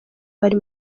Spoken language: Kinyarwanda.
bari